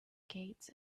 gates